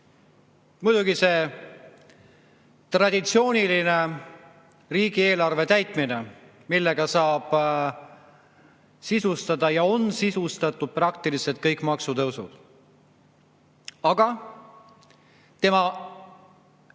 Muidugi on see traditsiooniline riigieelarve täitmine, millega saab sisustada ja on sisustatud praktiliselt kõik maksutõusud. Aga üks tema